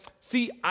see